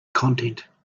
content